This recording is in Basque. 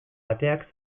ateak